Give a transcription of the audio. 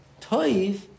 Toiv